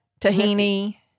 Tahini